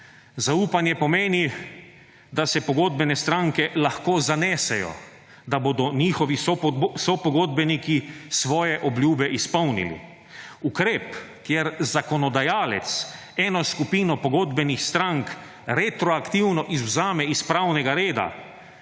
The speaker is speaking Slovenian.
Zaupanje pomeni, da se pogodbene stranke lahko zanesejo, da bodo njihovi sopogodbeniki svoje obljube izpolnili. Ukrep, kjer zakonodajalec eno skupino pogodbenih strank retroaktivno izvzame iz pravnega reda,